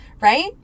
right